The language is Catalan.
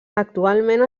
actualment